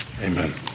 Amen